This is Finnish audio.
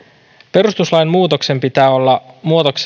perustuslain muutoksen pitää olla